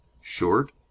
short